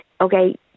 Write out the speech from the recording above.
okay